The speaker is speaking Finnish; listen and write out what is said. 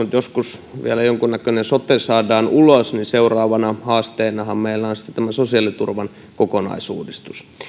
nyt joskus vielä jonkunnäköinen sote saadaan ulos niin seuraavana haasteenahan meillä on sitten sosiaaliturvan kokonaisuudistus